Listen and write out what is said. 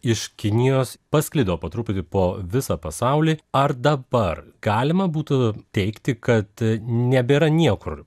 iš kinijos pasklido po truputį po visą pasaulį ar dabar galima būtų teigti kad nebėra niekur